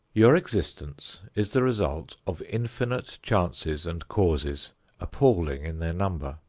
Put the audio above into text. your existence is the result of infinite chances and causes appalling in their number.